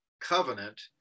covenant